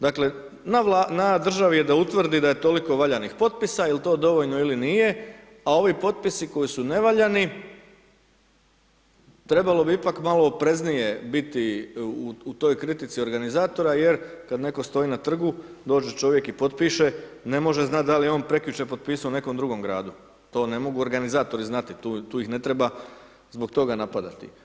Dakle, na državi je da utvrdi da je toliko valjanih potpisa, jel' to dovoljno ili nije, a ovi potpisi koji su nevaljani, trebalo bi ipak malo opreznije biti u toj kritici organizatora, jer kad netko stoji na Trgu, dođu čovjek i potpiše, ne može znat dal' je on prekjučer potpisao u nekom drugom gradu, to ne mogu organizatori znati, tu ih ne treba zbog toga napadati.